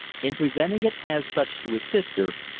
in presenting it as such to his sister,